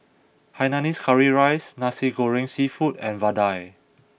Hainanese Curry Rice Nasi Goreng Seafood and Vadai